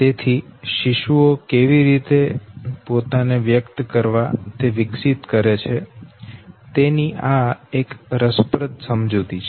તેથી શિશુઓ કેવી રીતે પોતાને વ્યક્ત કરવા તે વિકસિત કરે છે તેની આ એક રસપ્રદ સમજૂતી છે